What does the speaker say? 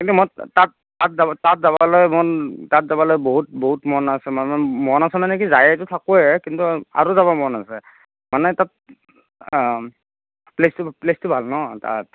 কিন্তু মই তা তাত তাত যাব তাত যাবলৈ মন তাত যাবলৈ বহুত বহুত মন আছে মানে মন আছে মানে কি যায়েতো থাকোৱেই কিন্তু আৰু যাব মন আছে মানে তাত প্লেচ প্লেচটো ভাল ন তাত